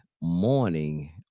morning